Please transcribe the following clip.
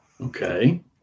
Okay